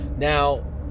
Now